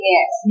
Yes